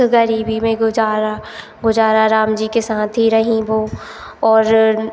गरीबी में गुज़रा गुज़ार राम जी के साथ ही रहीं वह और